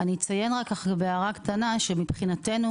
מבחינתנו,